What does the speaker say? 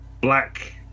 black